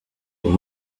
were